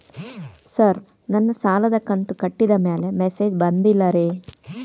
sir ನನ್ನ ಸಾಲದ ಕಂತು ಕಟ್ಟಿದಮೇಲೆ ಮೆಸೇಜ್ ಬಂದಿಲ್ಲ ರೇ